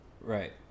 Right